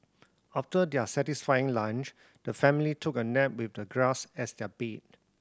after their satisfying lunch the family took a nap with the grass as their bed